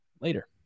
later